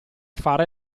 fare